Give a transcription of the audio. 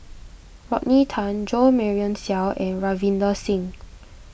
Rodney Tan Jo Marion Seow and Ravinder Singh